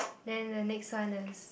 then the next one is